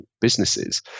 businesses